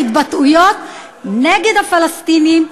ההתבטאויות שלו נגד הפלסטינים,